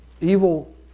evil